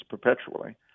perpetually